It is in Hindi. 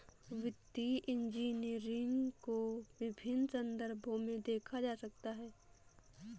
वित्तीय इंजीनियरिंग को विभिन्न संदर्भों में देखा जा सकता है